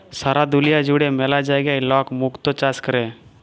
সারা দুলিয়া জুড়ে ম্যালা জায়গায় লক মুক্ত চাষ ক্যরে